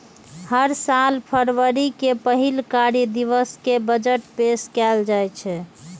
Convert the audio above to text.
हर साल फरवरी के पहिल कार्य दिवस कें बजट पेश कैल जाइ छै